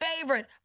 favorite